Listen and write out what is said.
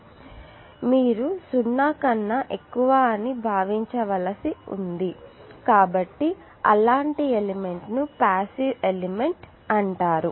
కాబట్టి ఇక్కడ మీరు 0 కన్నా ఎక్కువ అని భావించవలసి ఉంది కాబట్టి అలాంటి ఎలిమెంట్ ని పాసివ్ ఎలిమెంట్ అంటారు